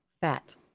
fat